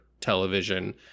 television